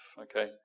okay